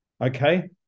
Okay